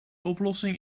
oplossing